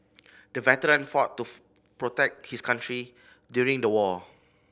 the veteran fought to protect his country during the war